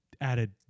added